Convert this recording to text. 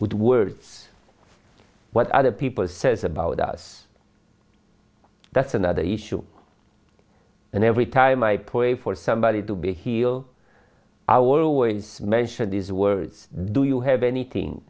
with words what other people says about us that's another issue and every time i pray for somebody to be heal our ways mention these words do you have anything